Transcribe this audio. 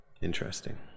Interesting